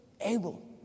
able